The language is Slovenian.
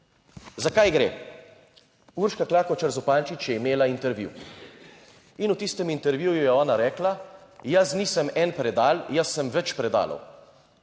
Za kaj gre? Urška Klakočar Zupančič je imela intervju in v tistem intervjuju je ona rekla, "jaz nisem en predal, jaz sem več predalov".